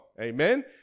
Amen